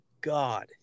God